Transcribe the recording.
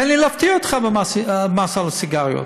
תן לי להפתיע אותך לגבי המס על הסיגריות: